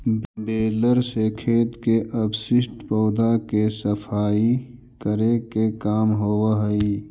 baler से खेत के अवशिष्ट पौधा के सफाई करे के काम होवऽ हई